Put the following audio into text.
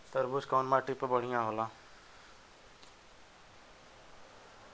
तरबूज कउन माटी पर बढ़ीया होला?